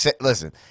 listen